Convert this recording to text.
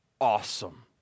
Awesome